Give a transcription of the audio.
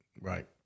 Right